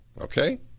Okay